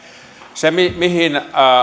se mihin mihin